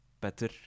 better